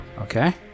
Okay